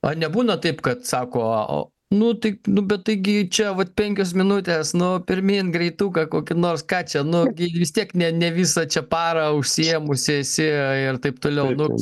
ar nebūna taip kad sako nu tai nu bet taigi čia vat penkios minutės nu pirmyn greituką kokį nors ką čia nu gi vis tiek ne visą čia parą užsiėmusi esi ir taip toliau nu skaičiuoja